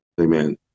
amen